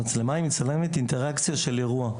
המצלמה מצלמת אינטראקציה של אירוע.